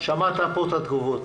שמעת פה את התגובות.